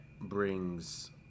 brings